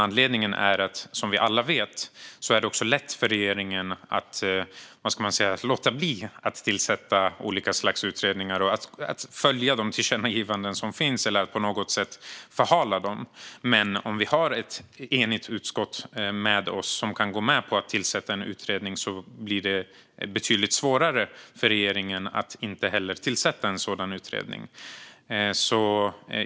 Anledningen är att det som vi alla vet är lätt för regeringen att låta bli att tillsätta olika slags utredningar och följa de tillkännagivanden som finns eller att på något sätt förhala dem. Om vi har ett enigt utskott med oss som kan gå med på att tillsätta en utredning blir det betydligt svårare för regeringen att inte tillsätta en sådan utredning.